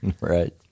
right